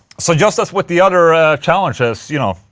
so, just as with the other challenges, you know,